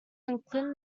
including